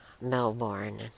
Melbourne